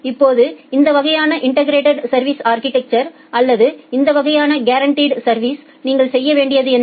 இப்போது இந்த வகையான இன்டெகிரெட் சா்விஸ் அா்கிடெக்சர்க்கு அல்லது இந்த வகையான கேரன்டிட் சா்விஸ்க்கு நீங்கள் செய்ய வேண்டியது என்ன